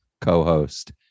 co-host